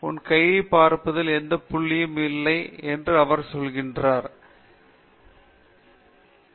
உன் கையைப் பார்ப்பதில் எந்தப் புள்ளியும் இல்லை என்று அவன் சொல்கிறான் தயவுசெய்து உங்கள் வழிகாட்டியை கொண்டு வாருங்கள் நான் அவரது கையை பார்க்க வேண்டும்